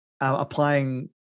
applying